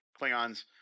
Klingons